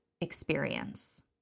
experience